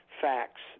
facts